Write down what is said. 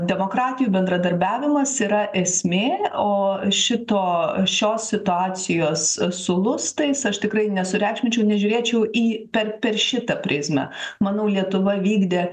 demokratijų bendradarbiavimas yra esmė o šito šios situacijos su lustais aš tikrai nesureikšminčiau nežiūrėčiau į per per šitą prizmę manau lietuva vykdė